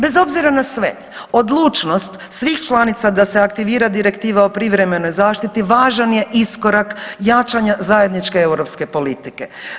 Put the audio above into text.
Bez obzira na sve odlučnost svih članica da se aktivira direktiva o privremenoj zaštiti važan je iskorak jačanja zajedničke europske politike.